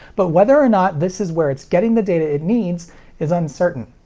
but whether or not this is where it's getting the data it needs is uncertain.